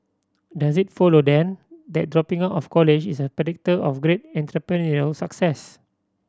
does it follow then that dropping out of college is a predictor of great entrepreneurial success